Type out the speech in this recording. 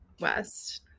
west